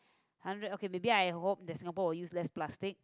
hundred okay maybe I hope that Singapore will use less plastic